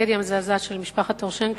הטרגדיה המזעזעת של משפחת אושרנקו.